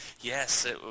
yes